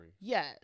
Yes